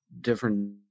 different